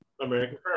American